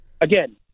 again